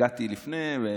הגעתי לפני כן,